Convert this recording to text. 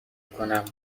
کنم